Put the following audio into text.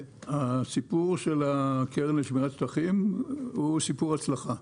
הסיפור של הקרן לשמירת שטחים פתוחים הוא סיפור הצלחה.